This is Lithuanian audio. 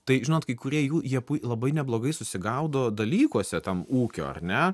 tai žinot kai kurie jų jie pui labai neblogai susigaudo dalykuose ten ūkio ar ne